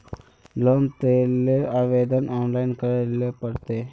Loan लेले आवेदन online करे ले पड़ते?